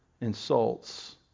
insults